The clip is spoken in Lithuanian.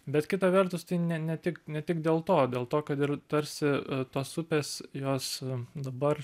bet kita vertus tai ne tik ne tik dėl to dėl to kad ir tarsi tos upės jos dabar